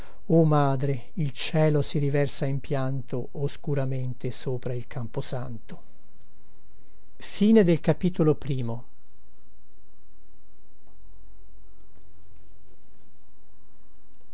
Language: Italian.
o madre il cielo si riversa in pianto oscuramente sopra il camposanto